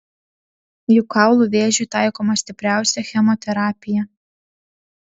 juk kaulų vėžiui taikoma stipriausia chemoterapija